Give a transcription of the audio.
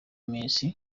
minsi